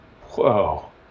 whoa